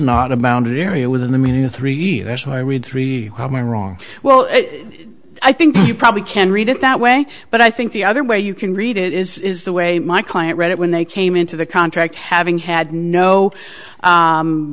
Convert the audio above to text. not a bounded area within the meaning of three eventually i read three common wrong well i think you probably can read it that way but i think the other way you can read it is is the way my client read it when they came into the contract having had no